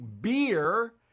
beer